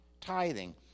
tithing